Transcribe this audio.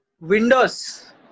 Windows